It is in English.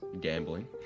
gambling